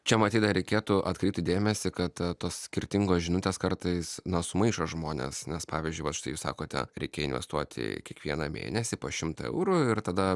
čia matyt dar reikėtų atkreipti dėmesį kad tos skirtingos žinutės kartais na sumaišo žmones nes pavyzdžiui vat štai jūs sakote reikia investuoti kiekvieną mėnesį po šimtą eurų ir tada